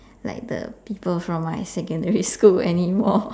like the people from my secondary school anymore